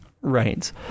right